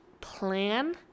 plan